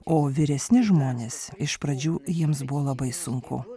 o vyresni žmonės iš pradžių jiems buvo labai sunku